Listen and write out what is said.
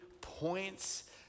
points